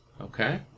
Okay